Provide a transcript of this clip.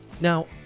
Now